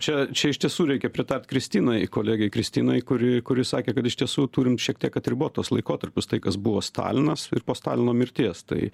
čia čia iš tiesų reikia pritart kristinai kolegei kristinai kuri kuri sakė kad iš tiesų turim šiek tiek atribot tuos laikotarpius tai kas buvo stalinas ir po stalino mirties tai